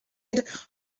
had